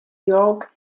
york